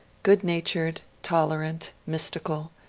good-natured, tol erant, mystical,